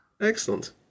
Excellent